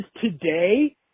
today